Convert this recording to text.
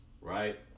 right